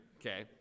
okay